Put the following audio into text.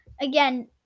again